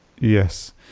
Yes